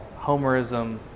homerism